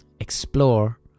Explore